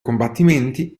combattimenti